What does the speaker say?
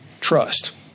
trust